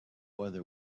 whether